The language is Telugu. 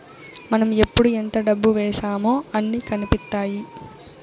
మనం ఎప్పుడు ఎంత డబ్బు వేశామో అన్ని కనిపిత్తాయి